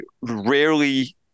rarely